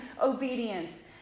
obedience